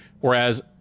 Whereas